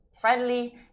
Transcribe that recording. friendly